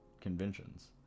conventions